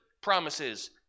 promises